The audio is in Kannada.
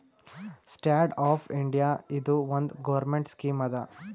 ಸ್ಟ್ಯಾಂಡ್ ಅಪ್ ಇಂಡಿಯಾ ಇದು ಒಂದ್ ಗೌರ್ಮೆಂಟ್ ಸ್ಕೀಮ್ ಅದಾ